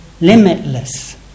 limitless